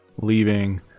leaving